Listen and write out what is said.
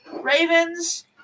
Ravens